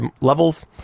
levels